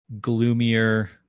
gloomier